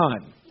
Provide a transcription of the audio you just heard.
time